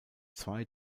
zwei